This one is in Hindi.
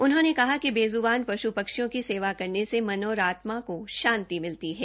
उन्होंने कहा कि बेजुबान पष्ट पक्षियों की सेवा करने से मन और आत्मका को शांति मिलती है